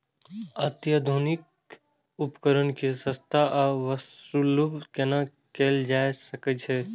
आधुनिक उपकण के सस्ता आर सर्वसुलभ केना कैयल जाए सकेछ?